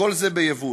כל זה מיבוא.